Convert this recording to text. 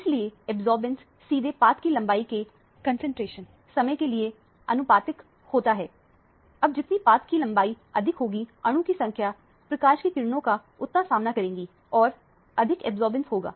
इसलिए अब्जॉर्बेंस सीधे पथ की लंबाई के कंसंट्रेशन समय के लिए आनुपातिक होता है अब जितनी पथ की लंबाई अधिक होगी अणु की संख्या प्रकाश की किरण का उतना सामना करेगी और अधिक अब्जॉर्बेंस होगा